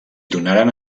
donaren